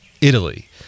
Italy